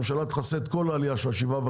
אנחנו דורשים שהממשלה תכסה את כל העלייה של ה-7.5%.